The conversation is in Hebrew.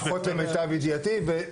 לפחות למיטב ידיעתי.